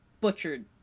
butchered